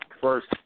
first